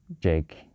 Jake